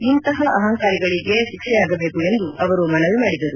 ಇಂತಹ ಅಹಂಕಾರಿಗಳಿಗೆ ಶಿಕ್ಷೆಯಾಗಬೇಕು ಎಂದು ಮನವಿ ಮಾಡಿದರು